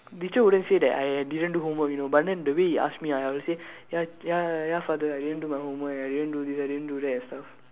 teacher wouldn't say that I I didn't do homework you know but then the way he ask me ah I will say ya ya ya father I didn't do my homework ya I didn't do this I didn't do that and stuff